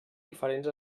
diferents